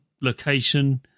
location